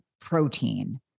protein